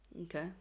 okay